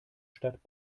stadt